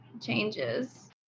changes